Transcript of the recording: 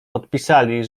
podpisali